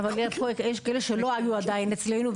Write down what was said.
יש כאלה שלא היו אצלנו עדיין.